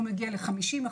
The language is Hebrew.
הוא מגיע ל-50%.